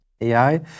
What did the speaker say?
AI